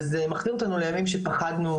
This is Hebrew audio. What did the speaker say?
וזה מחזיר אותנו לימים שפחדנו.